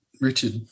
Richard